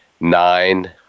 nine